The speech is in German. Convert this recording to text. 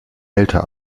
älter